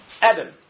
Adam